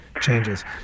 changes